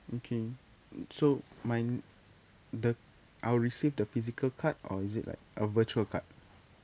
okay so mine the c~ I'll receive the physical card or is it like a virtual card